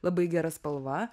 labai gera spalva